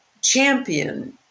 champion